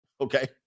Okay